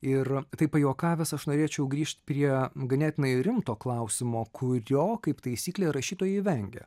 ir taip pajuokavęs aš norėčiau grįžt prie ganėtinai rimto klausimo kurio kaip taisyklė rašytojai vengia